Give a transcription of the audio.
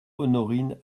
honorine